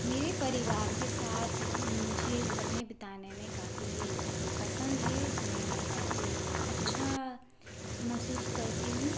मेरे परिवार के साथ मुझे समय बिताने में काफ़ी पसंद है मैं काफ़ी अच्छा महसूस करती हूँ